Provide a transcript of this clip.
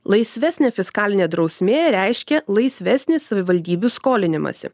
laisvesnė fiskalinė drausmė reiškia laisvesnį savivaldybių skolinimąsi